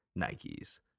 Nikes